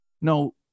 No